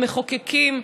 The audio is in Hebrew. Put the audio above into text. המחוקקים,